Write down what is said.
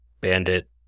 bandit